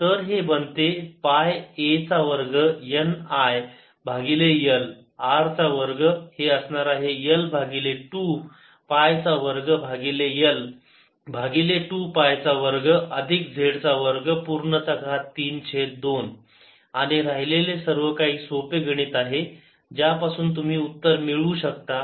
तर हे बनते पाय a चा वर्ग N I भागिले L R चा वर्ग हे असणार आहे L भागिले 2 पायचा वर्ग भागिले L भागिले 2 पायचा वर्ग अधिक z चा वर्ग पूर्ण चा घात 3 छेद 2 आणि राहिलेले सर्व काही सोपे गणित आहे ज्यापासून तुम्ही तुमचे उत्तर मिळवू शकता